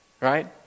Right